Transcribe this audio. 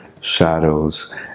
shadows